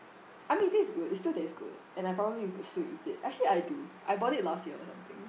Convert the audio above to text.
I mean it taste good it still taste good and I probably would still eat it actually I do I bought it last year or something